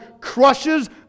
crushes